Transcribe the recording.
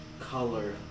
color